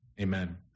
amen